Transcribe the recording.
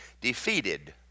defeated